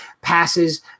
passes